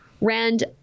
rand